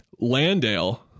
Landale